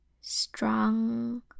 strong